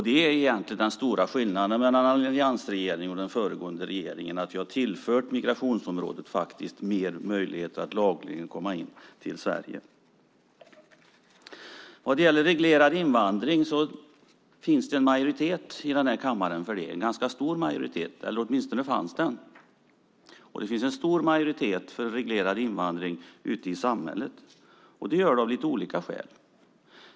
Det är egentligen den stora skillnaden mellan alliansregeringen och den föregående regeringen: Vi har tillfört migrationsområdet fler möjligheter att lagligen komma till Sverige. Det finns en ganska stor majoritet i kammaren för reglerad invandring. Åtminstone har det varit så. Det finns också en stor majoritet för reglerad invandring ute i samhället, av lite olika skäl.